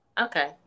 Okay